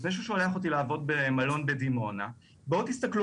לפני שהוא שולח אותי לעבוד במלון בדימונה בואו תסתכלו